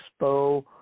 Expo